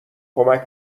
کمک